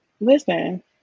listen